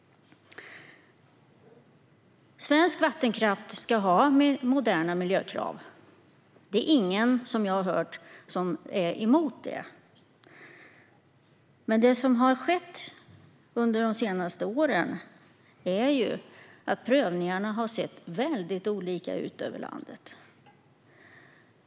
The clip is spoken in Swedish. Svensk vattenkraft ska ha moderna miljökrav. Jag har inte hört någon som är emot det. Men under de senaste åren har prövningarna sett väldigt olika ut över landet.